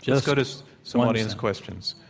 let's go to some audience questions.